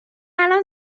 الان